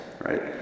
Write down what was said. right